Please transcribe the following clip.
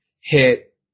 hit